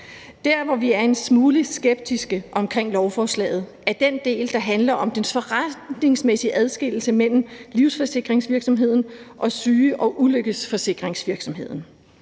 Der, hvor vi er en smule skeptiske omkring lovforslaget, er den del, der handler om den forretningsmæssige adskillelse mellem livsforsikringsvirksomheden og syge- og ulykkesforsikringsvirksomheden.